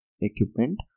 equipment